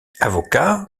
avocat